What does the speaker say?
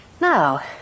Now